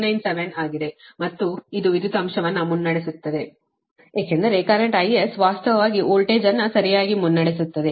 997 ಆಗಿದೆ ಮತ್ತು ಇದು ವಿದ್ಯುತ್ ಅಂಶವನ್ನು ಮುನ್ನಡೆಸುತ್ತಿದೆ ಏಕೆಂದರೆ ಕರೆಂಟ್ IS ವಾಸ್ತವವಾಗಿ ವೋಲ್ಟೇಜ್ ಅನ್ನು ಸರಿಯಾಗಿ ಮುನ್ನಡೆಸುತ್ತದೆ